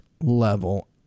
level